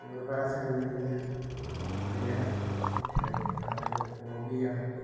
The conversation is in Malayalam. അങ്ങനെ പല സ്ഥലങ്ങളിൽ ഞാൻ ഉയരം കയറിയിട്ടില്ല അതൊരു ഹോബിയായിട്ട്